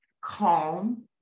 calm